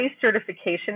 certification